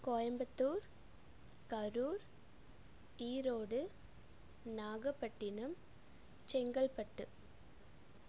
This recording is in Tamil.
கோயம்புத்தூர் கரூர் ஈரோடு நாகப்பட்டினம் செங்கல்பட்டு